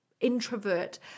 introvert